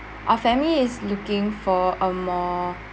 our family is looking for a more